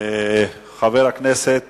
חבר הכנסת